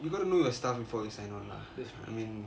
you got to know your stuff before you sign on lah I mean